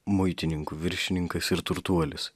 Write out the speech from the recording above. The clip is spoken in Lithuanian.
muitininkų viršininkas ir turtuolis